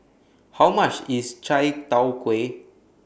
How much IS Chai Tow Kuay